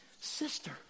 sister